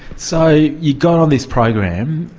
so you got on this program.